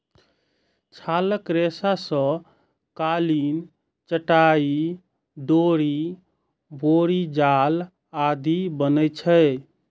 छालक रेशा सं कालीन, चटाइ, डोरि, बोरी जाल आदि बनै छै